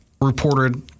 reported